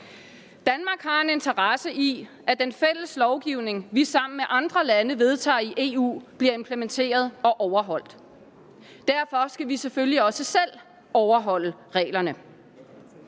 Danmark har en interesse i, at den fælles lovgivning, vi sammen med andre lande vedtager i EU, bliver implementeret og overholdt. Derfor skal vi selvfølgelig også selv overholde reglerne.